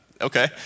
Okay